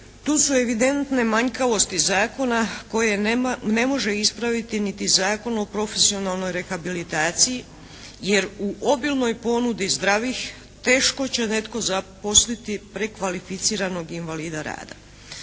tu su evidentne manjkavosti zakona koje ne može ispraviti niti Zakon o profesionalnoj rehabilitaciji, jer u obilnoj ponudi zdravih teško će netko zaposliti prekvalificiranog invalida rada.